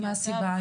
מה הסיבה?